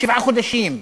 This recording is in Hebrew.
שבעה חודשים,